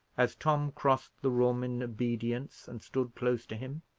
as tom crossed the room in obedience, and stood close to him.